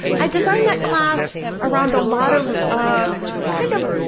i designed that class around a lot of kind of,